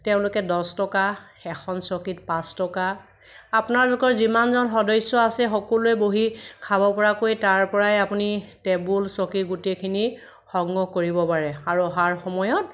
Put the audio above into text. তেওঁলোকে দছ টকা এখন চকীত পাঁচ টকা আপোনালোকৰ যিমানজন সদস্য আছে সকলোৱে বহি খাব পৰাকৈ তাৰ পৰাই আপুনি টেবুল চকী গোটেইখিনি সংগ্ৰহ কৰিব পাৰে আৰু আৰু অহাৰ সময়ত